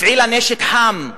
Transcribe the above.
הפעילה נשק חם.